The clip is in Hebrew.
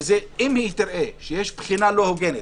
שאם היא תראה שיש בחינה לא הוגנת,